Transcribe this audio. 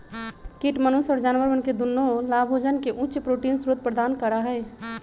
कीट मनुष्य और जानवरवन के दुन्नो लाभोजन के उच्च प्रोटीन स्रोत प्रदान करा हई